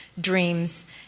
dreams